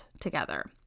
together